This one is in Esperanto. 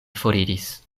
foriris